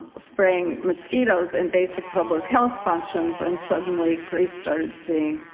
spraying mosquitoes and basic public health functions and suddenly greece started seeing